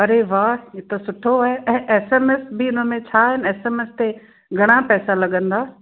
अरे वाह ही त सुठो आहे ऐं एस एम एस बि उन में छा आहिनि एस एम एस ते घणा पैसा लगंदा